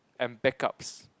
and back ups